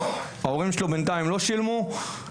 ההורים שלו בינתיים לא שילמו,